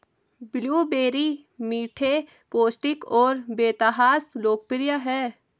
blueberry मीठे, पौष्टिक और बेतहाशा लोकप्रिय हैं